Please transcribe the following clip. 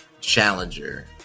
challenger